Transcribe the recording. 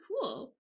cool